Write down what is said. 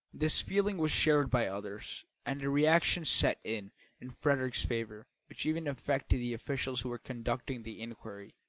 this feeling was shared by others, and a reaction set in in frederick's favour, which even affected the officials who were conducting the inquiry.